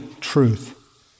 truth